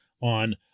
on